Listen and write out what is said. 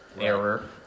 Error